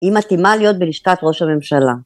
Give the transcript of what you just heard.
היא מתאימה להיות בלשכת ראש הממשלה.